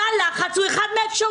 תא לחץ הוא אחד מהאפשרויות.